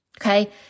okay